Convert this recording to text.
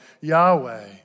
Yahweh